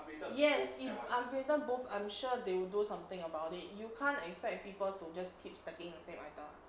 yes it upgraded both I'm sure they will do something about it you can't expect people to just keep stacking entire time